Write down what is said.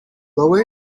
lower